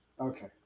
Okay